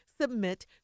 submit